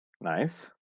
Nice